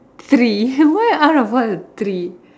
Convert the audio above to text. tree why out of all tree